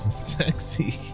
sexy